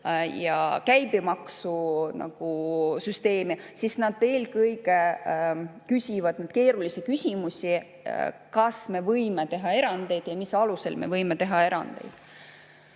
ja käibemaksusüsteemi, eelkõige küsivad keerulisi küsimusi, näiteks kas me võime teha erandeid ja mis alusel me võime teha erandeid.